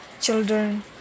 children